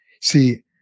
See